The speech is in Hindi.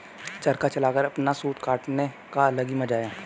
चरखा चलाकर अपना सूत काटने का अलग ही मजा है